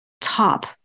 top